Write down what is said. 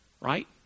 right